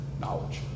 knowledge